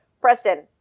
Preston